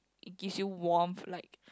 it gives you warmth like